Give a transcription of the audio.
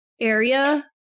area